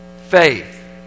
faith